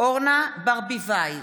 אורנה ברביבאי,